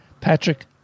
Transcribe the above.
Patrick